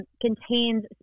contains